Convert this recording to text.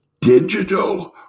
digital